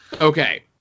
Okay